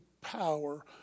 power